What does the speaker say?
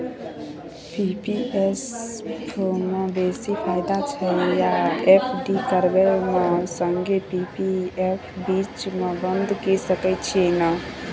P P F म बेसी फायदा छै या एफ.डी करबै म संगे पी.पी एफ बीच म बन्द के सके छियै न?